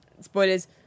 Spoilers